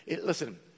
Listen